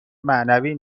معنوی